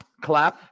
clap